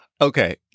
Okay